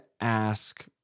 ask